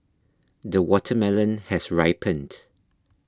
the watermelon has ripened